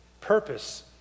purpose